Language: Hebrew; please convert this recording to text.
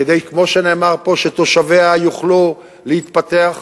כדי, כמו שנאמר פה, שתושביה יוכלו להתפתח.